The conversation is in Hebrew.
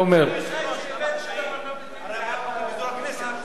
אדוני היושב-ראש, הרי, לפיזור הכנסת, לא?